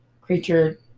creature